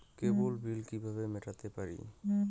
কেবল bill কিভাবে মেটাতে পারি?